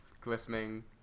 glistening